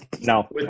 No